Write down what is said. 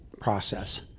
process